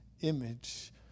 image